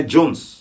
Jones